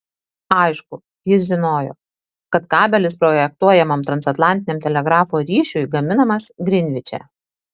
aišku jis žinojo kad kabelis projektuojamam transatlantiniam telegrafo ryšiui gaminamas grinviče